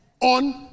on